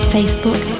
Facebook